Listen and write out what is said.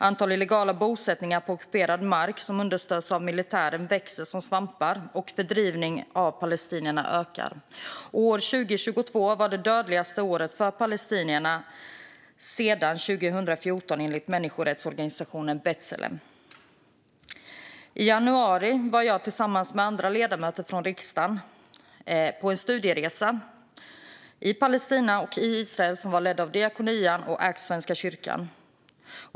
Antal illegala bosättningar på ockuperad mark som understöds av militären växer som svampar ur jorden. Fördrivningen av palestinierna ökar. År 2022 var det dödligaste året för palestinierna sedan 2014, enligt människorättsorganisationen B'Tselem. I januari var jag tillsammans med andra ledamöter från riksdagen på en studieresa i Palestina och Israel som var ledd av Diakonia och Act Svenska Kyrkan.